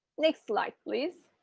next slide, please.